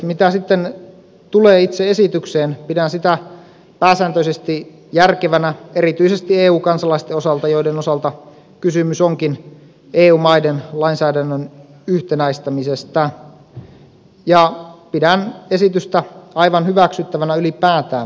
mitä sitten tulee itse esitykseen pidän sitä pääsääntöisesti järkevänä erityisesti eu kansalaisten osalta joiden osalta kysymys onkin eu maiden lainsäädännön yhtenäistämisestä ja pidän esitystä aivan hyväksyttävänä ylipäätään